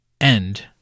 end